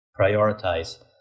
prioritize